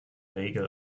regel